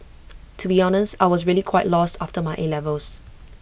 to be honest I was really quite lost after my A levels